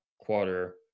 quarter